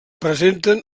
presenten